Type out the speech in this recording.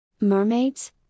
Mermaids